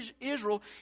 Israel